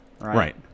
Right